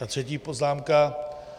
A třetí poznámka.